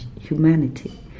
humanity